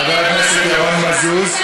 חבר הכנסת ירון מזוז.